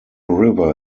river